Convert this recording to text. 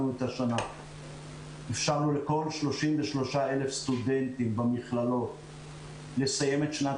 אפשרנו לכל 33,000 סטודנטים במכללות לסיים את שנת